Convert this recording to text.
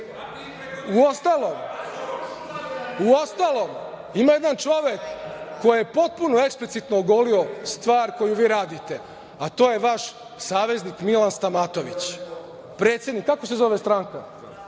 bilo. Uostalom, ima jedan čovek koji je potpuno eksplicitno ogolio stvar koju vi radite, a to je vaš saveznik Milan Stamatović, predsednik stranke